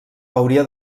hauria